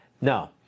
No